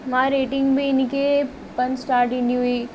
मां रेटिंग में हिन खे पंज स्टार ॾिनी हुई